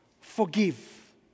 Forgive